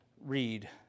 read